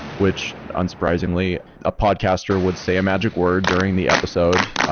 which, unsurprisingly, a podcaster would say a magic word during the episode,